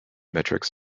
metrics